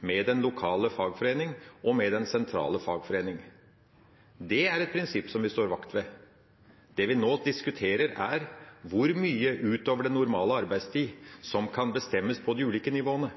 med den lokale fagforening og med den sentrale fagforening. Det er et prinsipp som vi slår vakt om. Det vi nå diskuterer, er hvor mye utover den normale arbeidstid som kan bestemmes på de ulike nivåene.